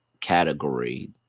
category